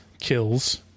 kills